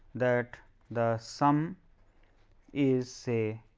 that the sum is say